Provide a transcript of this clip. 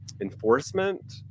enforcement